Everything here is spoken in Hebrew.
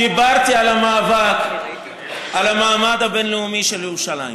דיברתי על המאבק, על המעמד הבין-לאומי של ירושלים.